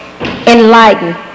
enlighten